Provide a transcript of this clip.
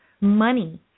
money